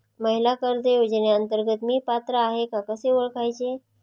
महिला कर्ज योजनेअंतर्गत मी पात्र आहे का कसे ओळखायचे?